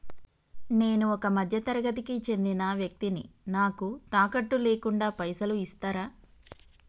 నేను ఒక మధ్య తరగతి కి చెందిన వ్యక్తిని నాకు తాకట్టు లేకుండా పైసలు ఇస్తరా?